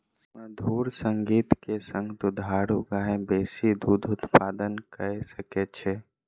मधुर संगीत के संग दुधारू गाय बेसी दूध उत्पादन कअ सकै छै